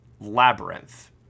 labyrinth